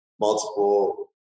multiple